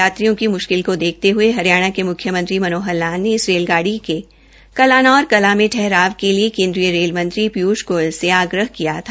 यात्रियों की मुश्किल को देखते हये हरियाणा के मुख्यमंत्री मनोहर लाल ने इस रेलगाड़ी के कलानौर कलां में ठहराव के लिए केन्द्रीय रेल मंत्री पीयूष गोयल से आग्रह किया था